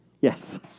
Yes